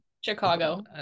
Chicago